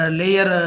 layer